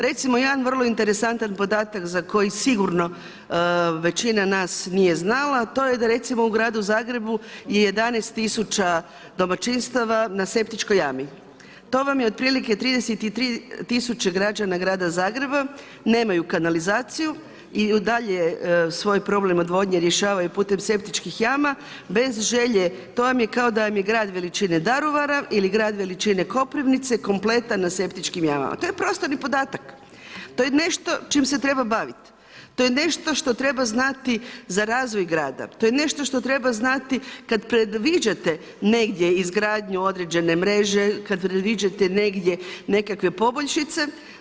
Recimo jedan vrlo interesantan podatak za koji sigurno većina nas nije znala, to je da recimo u gradu Zagrebu je 11 000 domaćinstava na septičkoj jami, to vam je otprilike 33 000 građana grada Zagreba, nemaju kanalizaciju i dalje svoj problem odvodnje rješavaju putem septičkih jama bez želje, to vam je kao da vam je grad veličine Daruvara ili grad veličine Koprivnice kompletan na septičkim jamama, to je prostorni podatak, to je nešto čim se treba bavit, to je nešto što treba znati za razvoj grada, to je nešto što treba znati kad predviđate negdje izgradnju određene mreže, kad predviđate negdje nekakve poboljšice.